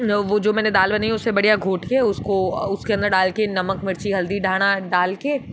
और वह जो मैंने दाल बनाई है उसे बढ़िया घोंट के उसको उसके अंदर डाल कर नमक मिर्ची हल्दी धाना डाल कर